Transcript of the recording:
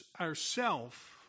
ourself